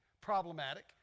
problematic